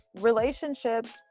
relationships